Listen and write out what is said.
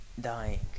dying